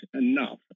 enough